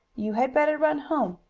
you had better run home,